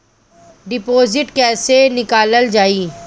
Deposit कैसे निकालल जाइ?